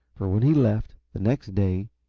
for when he left, the next day,